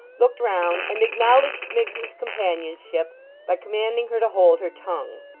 looked round, and acknowledged miggs's championship by commanding her to hold her tongue.